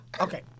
Okay